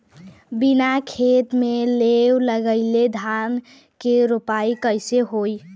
बिना खेत में लेव लगइले धान के रोपाई कईसे होई